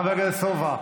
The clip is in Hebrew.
חבר הכנסת סובה,